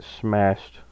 smashed